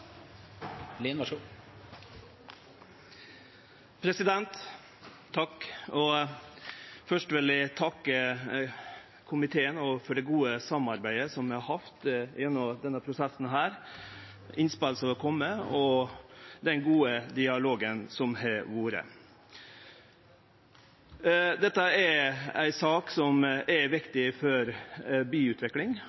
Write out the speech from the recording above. inntil 3 minutter. Først vil eg takke komiteen for det gode samarbeidet som vi har hatt gjennom denne prosessen, for innspel som har kome, og for den gode dialogen som har vore. Dette er ei sak som er